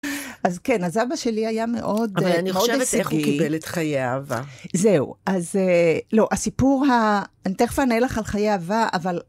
אז כן, אז אבא שלי היה מאוד עסקי. אבל אני חושבת איך הוא קיבל את חיי אהבה. זהו, אז... לא, הסיפור ה... אני תכף אענה לך על חיי אהבה, אבל...